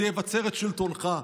זה יבצר את שלטונך.